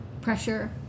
pressure